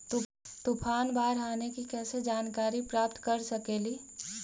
तूफान, बाढ़ आने की कैसे जानकारी प्राप्त कर सकेली?